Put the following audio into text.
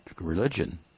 religion